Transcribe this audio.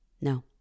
no